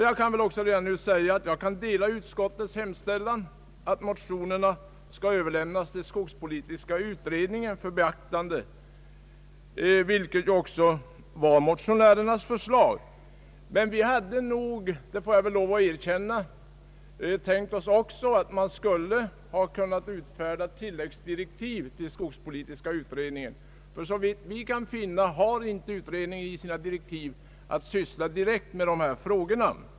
Jag kan instämma i utskottsmajoritetens hemställan att motionerna skall överlämnas till skogspolitiska utredningen för beaktande, vilket också var motionärernas förslag. Men vi hade — det måste jag erkänna — tänkt oss att man också skulle kunnat utfärda tillläggsdirektiv till skogspolitiska utredningen. Såvitt vi kan finna har inte utredningen enligt sina direktiv att syssla direkt med dessa frågor.